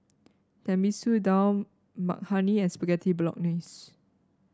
Tenmusu Dal Makhani and Spaghetti Bolognese